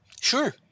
Sure